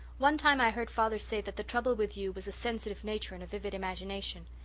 one time i heard father say that the trouble with you was a sensitive nature and a vivid imagination.